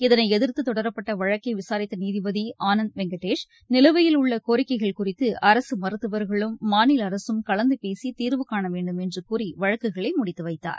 இதனை எதிர்த்து தொடரப்பட்ட வழக்கை விசாரித்த நீதிபதி ஆனந்த் வெங்கடேஷ் நிலுவையில் உள்ள கோரிக்கைகள் குறித்து அரசு மருத்துவர்களும் மாநில அரசும் கலந்துபேசி தீர்வுனன வேண்டும் என்று கூறி வழக்குகளை முடித்துவைத்தார்